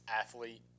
athlete